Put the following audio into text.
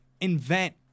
invent